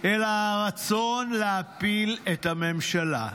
אלא הרצון להפיל את הממשלה,